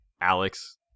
Alex